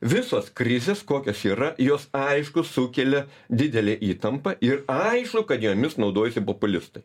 visos krizės kokios yra jos aišku sukelia didelę įtampą ir aišku kad jomis naudojasi populistai